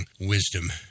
wisdom